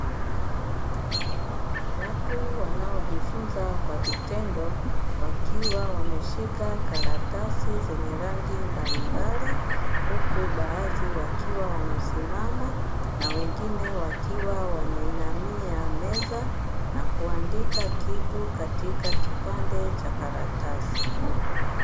Watu wanaojifunza kwa vitendo wakiwa wameshika karatasi zenye rangi mbalimbali, huku baadhi wakiwa wamesimama na wengine wakiwa wameinamia meza na kuandika kitu katika kipande cha karatasi.